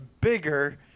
bigger